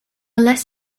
less